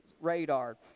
radar